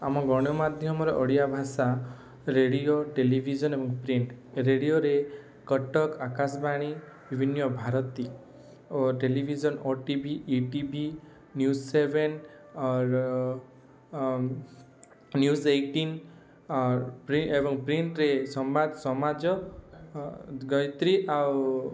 ଆମ ଗଣମାଧ୍ୟମରେ ଓଡ଼ିଆ ଭାଷା ରେଡ଼ିଓ ଟେଲିଭିଜନ ଏବଂ ପ୍ରିଣ୍ଟ ରେଡ଼ିଓରେ କଟକ ଆକାଶବାଣୀ ବିଭିନ୍ୟ ଭାରତୀ ଓ television O T V E T V news seven or news eighteen or ପ୍ରି ଏବଂ ପ୍ରିଣ୍ଟରେ ସମ୍ବାଦ ସମାଜ ଗାୟେତ୍ରୀ ଆଉ